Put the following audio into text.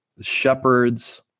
shepherds